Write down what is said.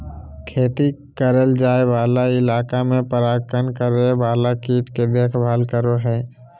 खेती करल जाय वाला इलाका में परागण करे वाला कीट के देखभाल करो हइ